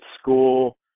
school